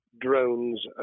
drones